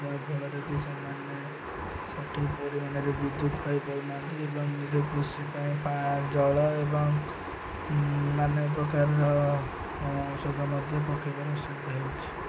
ଯହାଫଳରେ କି ସେମାନେ ସଠିକ୍ ପରିମାଣରେ ବିଦ୍ୟୁତ୍ ପାଇପାରୁନାହାନ୍ତି ଏବଂ ନିଜ କୃଷି ପାଇଁ ଜଳ ଏବଂ ନାନା ପ୍ରକାରର ଔଷଧ ମଧ୍ୟ ପକେଇବା ପାଇଁ ସୁବିଧା ହେଉଛି